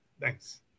Thanks